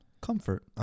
Comfort